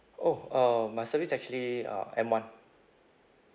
oh uh my service actually uh M one